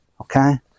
okay